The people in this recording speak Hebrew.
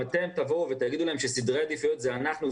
אם אתם תגידו להם שסדרי העדיפויות זה אנחנו,